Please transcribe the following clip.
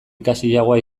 ikasiagoa